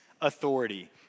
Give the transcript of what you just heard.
authority